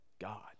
God